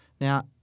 Now